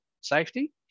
safety